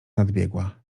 nadbiegła